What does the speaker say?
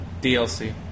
dlc